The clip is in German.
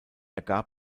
ergab